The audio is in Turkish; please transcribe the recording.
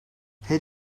her